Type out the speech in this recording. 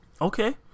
Okay